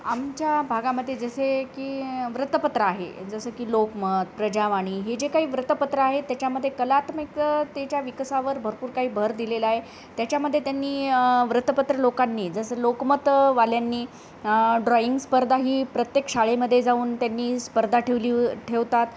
आमच्या भागामध्ये जसे की वृत्तपत्र आहे जसं की लोकमत प्रजावाणी हे जे काही वृत्तपत्र आहेत त्याच्यामध्ये कलात्मकतेच्या विकासावर भरपूर काही भर दिलेलं आहे त्याच्यामध्ये त्यांनी वृत्तपत्र लोकांनी जसं लोकमतवाल्यांनी ड्रॉईंग स्पर्धा ही प्रत्येक शाळेमध्ये जाऊन त्यांनी स्पर्धा ठेवली ठेवतात